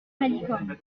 malicorne